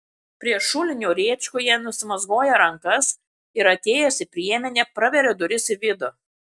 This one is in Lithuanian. prie šulinio rėčkoje nusimazgoja rankas ir atėjęs į priemenę praveria duris į vidų